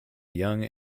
young